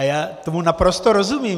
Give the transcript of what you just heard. Já tomu naprosto rozumím.